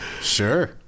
Sure